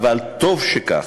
טוב שכך,